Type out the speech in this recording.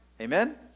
Amen